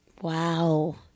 Wow